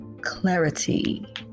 clarity